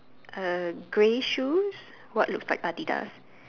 uh grey shoes what looks like Adidas